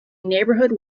neighborhood